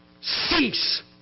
Cease